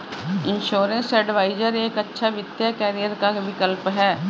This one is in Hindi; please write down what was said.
इंश्योरेंस एडवाइजर एक अच्छा वित्तीय करियर का विकल्प है